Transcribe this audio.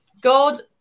God